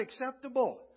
acceptable